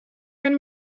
herrn